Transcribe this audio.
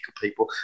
people